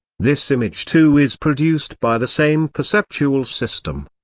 this image too is produced by the same perceptual system.